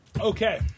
Okay